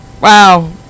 Wow